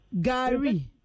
Gary